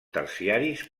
terciaris